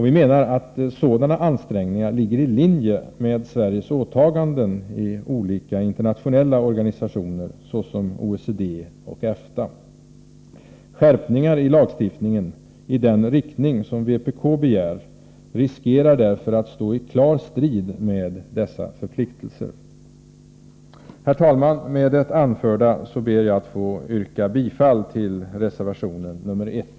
Vi menar att sådana ansträngningar ligger i linje med Sveriges åtaganden i olika internationella organisationer, såsom OECD och EFTA. Det finns risk för att skärpningar i lagstiftningen i den riktning som vpk begär kommer att stå i klar strid med dessa förpliktelser. Herr talman! Med det anförda ber jag att få yrka bifall till reservation 1.